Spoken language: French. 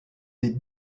des